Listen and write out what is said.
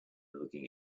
looking